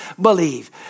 believe